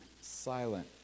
silent